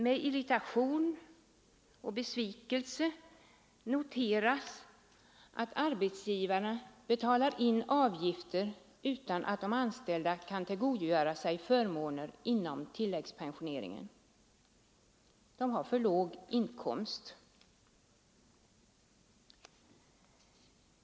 Med irritation och besvikelse noterar de att arbetsgivare betalar in avgifter utan att de anställda kan tillgodogöra sig förmåner inom tilläggspensioneringen. De har för låga inkomster.